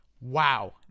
Wow